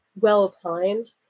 well-timed